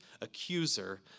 accuser